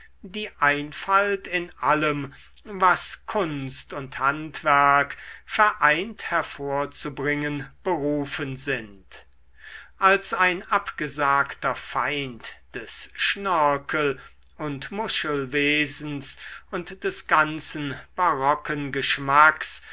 die einfalt in allem was kunst und handwerk vereint hervorzubringen berufen sind als ein abgesagter feind des schnörkel und muschelwesens und des ganzen barocken geschmacks